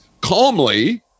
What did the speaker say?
calmly